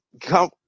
come